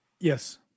Yes